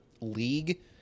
league